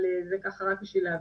אבל זה ככה רק בשביל להבין.